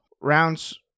Rounds